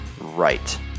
right